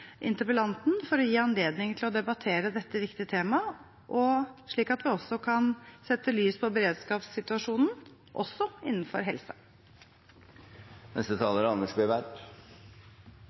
interpellanten for å gi oss anledning til å debattere dette viktige temaet, slik at vi kan sette lys på beredskapssituasjonen også innenfor helse.